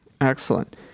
Excellent